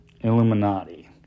Illuminati